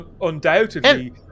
undoubtedly